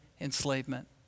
enslavement